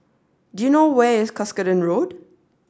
do you know where is Cuscaden Road